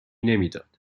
نمیداد